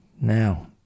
Now